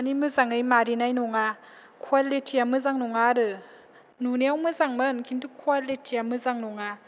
मानि मोजाङै मारिनाय नङा कवालिथिया मोजां नङा आरो नुनायाव मोजां मोन खिन्थु कवालिथिया मोजां नङा